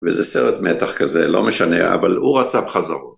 וזה סרט מתח כזה, לא משנה, אבל הוא רצה בחזור.